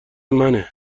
منه